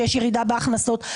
שיש ירידה בהכנסות?